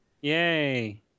Yay